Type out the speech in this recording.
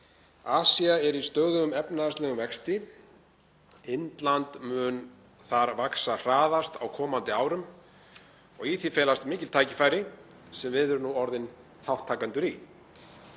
Asía er í stöðugum efnahagslegum vexti. Indland mun þar vaxa hraðast á komandi árum og í því felast mikil tækifæri sem við erum nú orðin þátttakendur í.